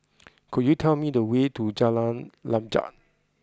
could you tell me the way to Jalan Lanjut